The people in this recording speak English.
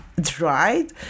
dried